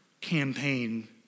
campaign